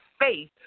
faith